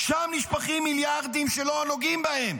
שם נשפכים מיליארדים שלא נוגעים בהם